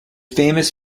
famous